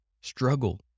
struggle